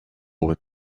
with